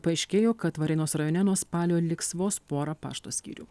paaiškėjo kad varėnos rajone nuo spalio liks vos pora pašto skyrių